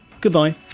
goodbye